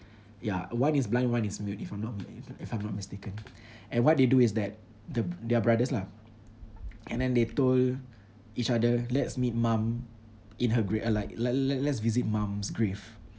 ya one is blind one is mute if I'm not if I'm not mistaken and what they do is that the they are brothers lah and then they told each other let's meet mum in her grave uh like let let let's visit mum's grave